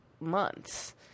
months